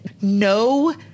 no